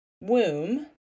womb